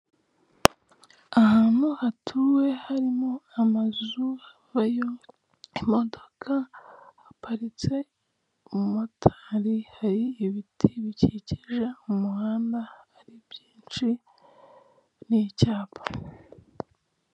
Ahantu hatuwe harimo amazu habayo imodoka haparitse umumotari hari ibiti bikikije umuhanda ari byinshi n'icyapa.